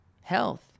health